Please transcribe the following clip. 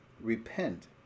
Repent